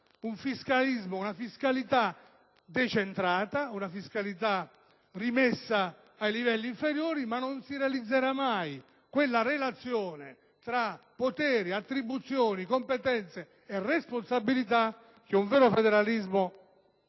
vi sarà una fiscalità decentrata, rimessa ai livelli inferiori, ma non si realizzerà mai quella relazione tra potere, attribuzioni, competenze e responsabilità che un vero federalismo